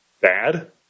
bad